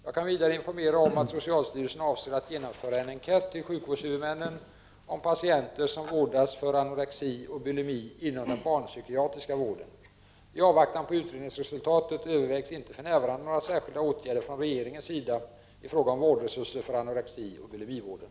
Jag kan vidare informera om att socialstyrelsen avser att utarbeta en enkät till sjukvårdshuvudmännen om patienter som vårdas för anorexia och bulimia inom den barnspykiatriska vården. I avvaktan på utredningsresultatet övervägs inte för närvarande några särskilda åtgärder från regeringens sida i fråga om vårdresurser för anorexioch bulimivården.